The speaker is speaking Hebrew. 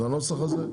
לנוסח הזה?